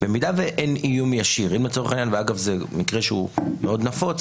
אם אין איום ישיר אגב, זה מקרה מאוד נפוץ